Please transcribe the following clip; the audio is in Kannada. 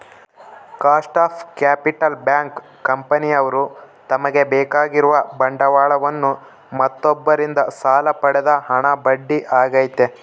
ಕಾಸ್ಟ್ ಆಫ್ ಕ್ಯಾಪಿಟಲ್ ಬ್ಯಾಂಕ್, ಕಂಪನಿಯವ್ರು ತಮಗೆ ಬೇಕಾಗಿರುವ ಬಂಡವಾಳವನ್ನು ಮತ್ತೊಬ್ಬರಿಂದ ಸಾಲ ಪಡೆದ ಹಣ ಬಡ್ಡಿ ಆಗೈತೆ